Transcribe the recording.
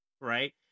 Right